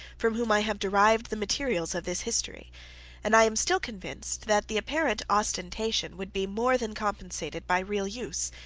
from whom i have derived the materials of this history and i am still convinced that the apparent ostentation would be more than compensated by real use.